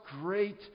great